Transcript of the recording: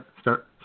start